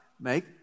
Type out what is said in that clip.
Make